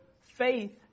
faith